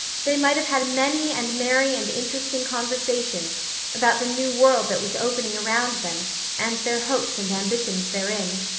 they might have had many and merry and interesting conversations about the new world that was opening around them and their hopes and ambitions therein.